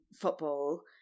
football